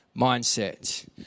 mindset